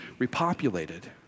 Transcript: repopulated